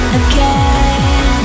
again